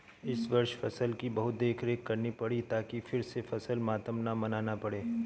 इस वर्ष फसल की बहुत देखरेख करनी पड़ी ताकि फिर से फसल मातम न मनाना पड़े